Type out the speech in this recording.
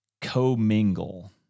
co-mingle